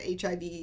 HIV